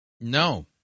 No